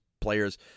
players –